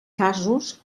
casos